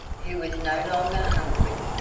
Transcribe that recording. who was no longer hungry,